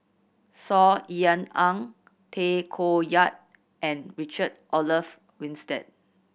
Saw Ean Ang Tay Koh Yat and Richard Olaf Winstedt